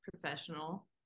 professional